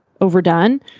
overdone